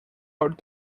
out